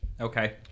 Okay